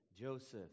Joseph